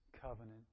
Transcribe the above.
covenant